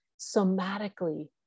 somatically